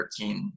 13